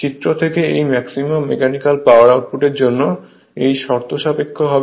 চিত্র থেকে এই ম্যাক্সিমাম মেকানিক্যাল পাওয়ার আউটপুটের জন্য এই শর্ত সাপেক্ষ হবে